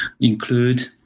include